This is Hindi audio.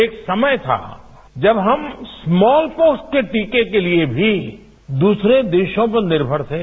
एक समय था जब हम स्मॉल पॉक्स के टीके के लिए भी दूसरे देशों पर निर्भर थे